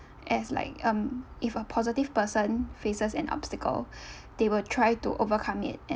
as like um if a positive person faces an obstacle they will try to overcome it